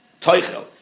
toichel